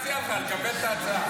רציתי להציע לך לקבל את ההצעה.